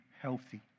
healthy